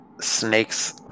snakes